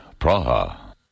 Praha